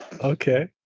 Okay